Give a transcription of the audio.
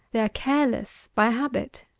they are careless by habit.